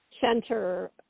center